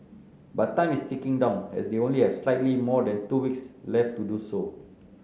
but time is ticking down as they only have slightly more than two weeks left to do so